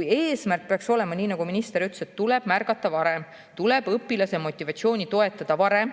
Eesmärk peaks olema, nii nagu minister ütles, et tuleb märgata varem, tuleb õpilase motivatsiooni toetada varem,